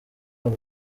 wabo